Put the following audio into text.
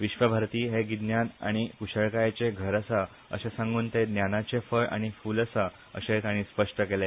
विश्वभारती हे गिन्यान आनी क्शळकायेचे घर आसा अशे सांगून ते ज्ञानाचे फळ आनी फूल आसा अशेंय ताणी स्पष्ट केले